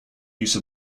use